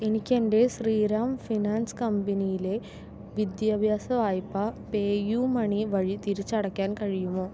എനിക്കെൻ്റെ ശ്രീറാം ഫിനാൻസ് കമ്പനിയിലെ വിദ്യാഭ്യാസ വായ്പ പേയു മണി വഴി തിരിച്ചടയ്ക്കാൻ കഴിയുമോ